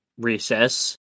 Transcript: recess